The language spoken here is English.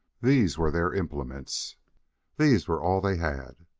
these were their implements these were all they had.